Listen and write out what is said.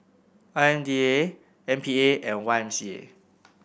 I M D A M P A and Y M C A